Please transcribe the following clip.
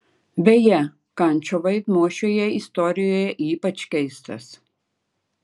beje kančo vaidmuo šioje istorijoje ypač keistas